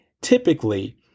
typically